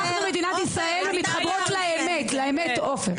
אנחנו מדינת ישראל, מתחברות לאמת, לאמת, עופר.